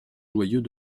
joyeux